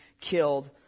killed